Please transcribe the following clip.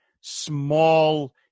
small